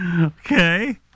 Okay